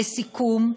לסיכום,